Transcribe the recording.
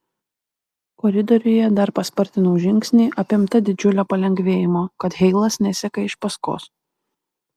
koridoriuje dar paspartinau žingsnį apimta didžiulio palengvėjimo kad heilas neseka iš paskos